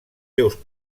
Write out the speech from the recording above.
déus